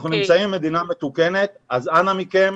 אנחנו נמצאים במדינה מתוקנת אז אנא מכם,